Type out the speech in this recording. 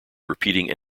repeating